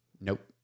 nope